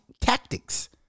tactics